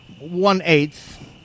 one-eighth